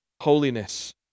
holiness